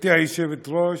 גברתי היושבת-ראש,